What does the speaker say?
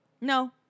No